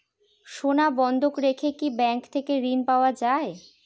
সোনা বন্ধক রেখে কি ব্যাংক থেকে ঋণ পাওয়া য়ায়?